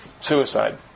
suicide